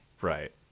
Right